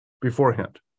beforehand